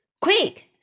Quick